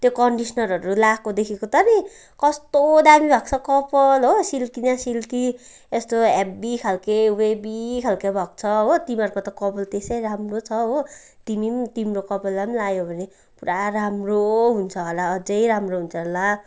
त्यो कन्डिसनरहरू लाएकोदेखिको त नि कस्तो दामी भएको छ कपाल हो सिल्की न सिल्की यस्तो हेभी खालको वेभी खालको भएको छ हो तिमीहरूको त कपाल त्यसै राम्रो छ हो तिमी नि तिम्रो कपाललाई पनि लायो भने पुरा राम्रो हुन्छ होला अझै राम्रो हुन्छ होला